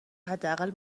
حداقل